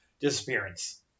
disappearance